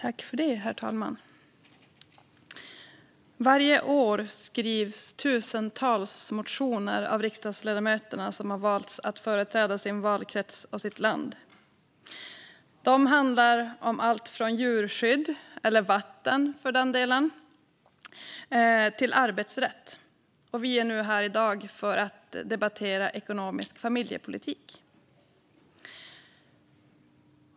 Herr talman! Varje år skrivs tusentals motioner av riksdagsledamöterna som valts att företräda sin valkrets och sitt land. De handlar om allt från djurskydd, eller vatten för den delen, till arbetsrätt. Vi är nu här i dag för att debattera ekonomisk familjepolitik.